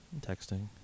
Texting